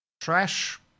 trash